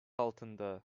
altında